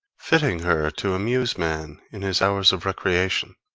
fitting her to amuse man in his hours of recreation,